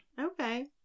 Okay